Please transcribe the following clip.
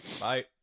Bye